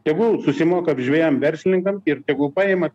tegul susimoka žvejam verslininkam ir tegu paima